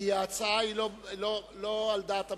ההצעה היא לא על דעת הממשלה.